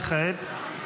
וכעת?